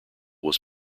was